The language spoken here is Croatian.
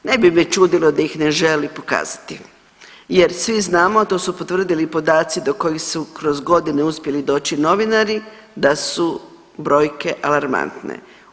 Ne bi čudilo da ih ne želi pokazati jer svi znamo, a to su potvrdili i podaci do kojih su kroz godine uspjeli doći i novinari da su brojke alarmantne.